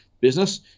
business